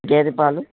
గేదేపాలు